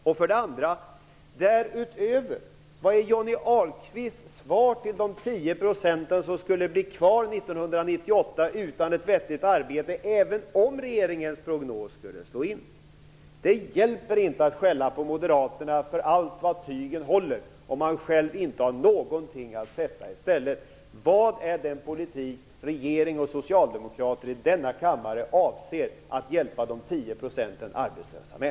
Vilket är Johnny Ahlqvists svar till de 10 % som skulle bli kvar 1998 utan ett vettigt arbete även om regeringens prognos skulle slå in? Det hjälper inte att skälla på Moderaterna för allt vad tygen håller om man själv inte har någonting att sätta i stället. Vilken är den politik som regering och socialdemokrater i denna kammare avser att hjälpa de 10 % arbetslösa med?